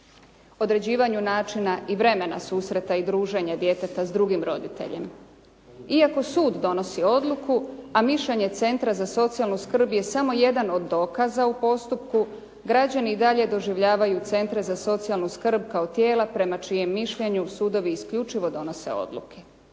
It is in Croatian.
određivanju načina i vremena susreta i druženje djeteta s drugim roditeljem. Iako sud donosi odluku, a mišljenje Centra za socijalnu skrb je samo jedan od dokaza u postupku. Građani i dalje doživljavaju Centre za socijalnu skrb kao tijela prema čijem mišljenju sudovi isključivo donose odluke.